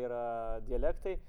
yra dialektai